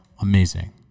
amazing